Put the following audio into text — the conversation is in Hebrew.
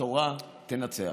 התורה תנצח.